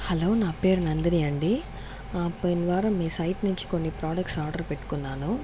hello నా పేరు నందిని అండి పోయిన వారం మీ సైట్ నుంచి కొన్ని ప్రొడక్ట్స్ ఆర్డర్ పెట్టుకున్నాను